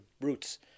roots